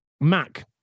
Mac